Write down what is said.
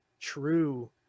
true